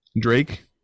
Drake